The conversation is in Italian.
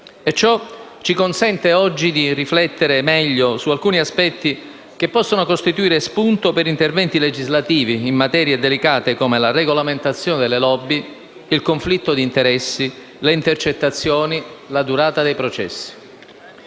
ciò ci consente oggi di riflettere meglio su alcuni aspetti che possono costituire spunto per interventi legislativi in materie delicate come la regolamentazione delle *lobby*, il conflitto d'interessi, le intercettazioni e la durata dei processi.